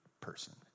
person